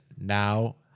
now